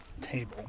table